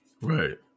Right